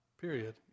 period